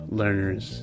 learners